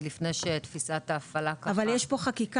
עוד לפני שתפיסת ההפעלה ככה --- אבל יש פה חקיקה.